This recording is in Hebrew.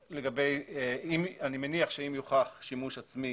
אני מניח שאם יוכח שימוש עצמי